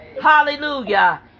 Hallelujah